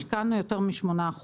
השקענו יותר מ-8%,